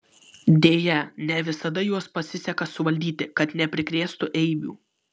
deja ne visada juos pasiseka suvaldyti kad neprikrėstų eibių